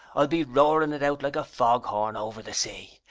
i'll be roaring it out like a fog horn over the sea!